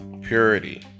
purity